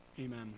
Amen